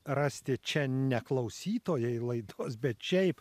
rasti čia ne klausytojai laidos bet šiaip